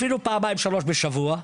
אפילו פעמיים-שלוש בשבוע,